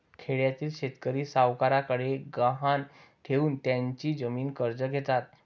खेड्यातील शेतकरी सावकारांकडे गहाण ठेवून त्यांची जमीन कर्ज घेतात